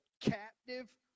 captive